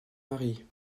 marie